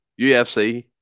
UFC